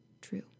true